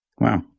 Wow